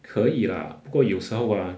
可以 lah 不过有时候 ah